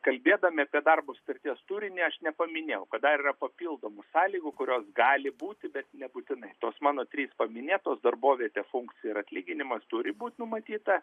kalbėdami apie darbo sutarties turinį aš nepaminėjau kad dar yra papildomų sąlygų kurios gali būti bet nebūtinai tos mano trys paminėtos darbovietė funkcija ir atlyginimas turi būti numatyta